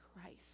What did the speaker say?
Christ